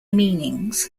meanings